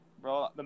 Bro